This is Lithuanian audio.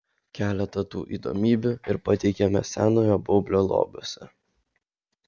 keletą tų įdomybių ir pateikiame senojo baublio lobiuose